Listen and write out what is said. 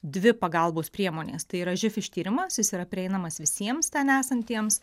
dvi pagalbos priemonės tai yra živ ištyrimas jis yra prieinamas visiems ten esantiems